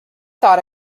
thought